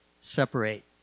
separate